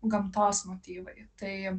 gamtos motyvai tai